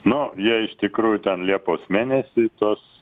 nu jei iš tikrųjų ten liepos mėnesį tos